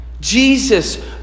Jesus